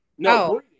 No